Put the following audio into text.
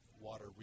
water